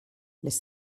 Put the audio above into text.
les